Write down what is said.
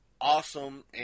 awesome